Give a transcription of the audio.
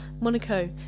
Monaco